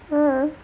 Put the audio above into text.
ah